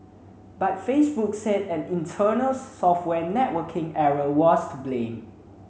but Facebook said an internal software networking error was to blame